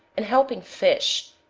in helping fish,